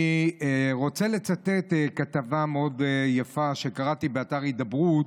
אני רוצה לצטט כתבה מאוד יפה שקראתי באתר הידברות,